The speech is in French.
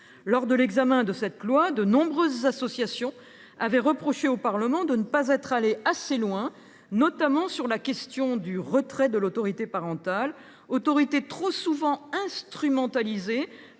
Lors de l’examen de cette loi, de nombreuses associations avaient reproché au Parlement de ne pas être allé assez loin, notamment sur la question du retrait de l’autorité parentale, autorité trop souvent instrumentalisée